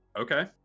Okay